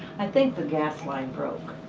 i think the gas line broke.